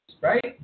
right